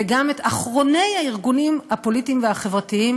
וגם את אחרוני הארגונים הפוליטיים והחברתיים,